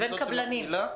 לבין קבלנים.